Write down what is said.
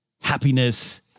happiness